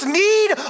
need